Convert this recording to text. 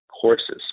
courses